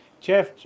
Jeff